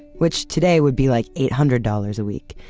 which today would be like eight hundred dollars a week.